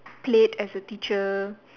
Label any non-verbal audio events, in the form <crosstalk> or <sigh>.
<noise> played as a teacher